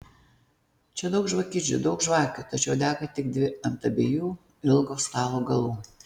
čia daug žvakidžių daug žvakių tačiau dega tik dvi ant abiejų ilgo stalo galų